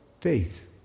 faith